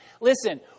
Listen